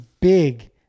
big